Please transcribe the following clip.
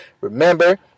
Remember